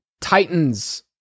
Titans